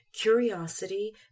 Curiosity